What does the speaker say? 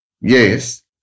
Yes